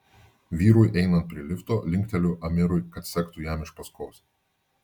vyrui einant prie lifto linkteliu amirui kad sektų jam iš paskos